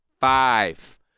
Five